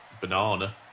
Banana